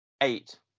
eight